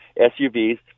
SUVs